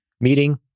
meeting